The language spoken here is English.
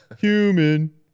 Human